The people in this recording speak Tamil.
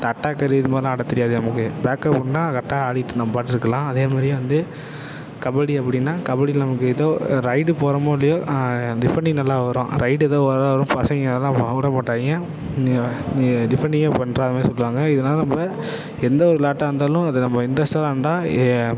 தட்டா கரி இது மாதிரிலாம் ஆட தெரியாது நமக்கு பேக்அப்புன்னா கரெக்டாக ஆடிட்டு நம்ம பாட்டிருக்கலாம் அதே மாதிரி வந்து கபடி அப்படின்னா கபடியில நமக்கு ஏதோ ரைடு போகிறமோ இல்லையோ டிஃபண்டிங் நல்லா வரும் ரைடு ஏதோ ஓரளவு வரும் பசங்கள் அதெல்லாம் வ விட மாட்டாங்க நீ நீ டிஃபண்டிங்கே பண்ணுறா அது மாதிரி சொல்லுவாங்கள் இதனால நம்ம எந்த ஒரு விளாட்டா இருந்தாலும் அது நம்ம இன்ட்ரெஸ்ட்டாக விளாண்டா எ